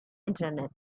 internet